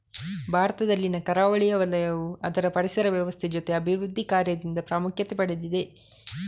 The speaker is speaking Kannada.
ಭಾರತದಲ್ಲಿನ ಕರಾವಳಿ ವಲಯವು ಅದರ ಪರಿಸರ ವ್ಯವಸ್ಥೆ ಜೊತೆ ಅಭಿವೃದ್ಧಿ ಕಾರ್ಯದಿಂದ ಪ್ರಾಮುಖ್ಯತೆ ಪಡೆದಿದೆ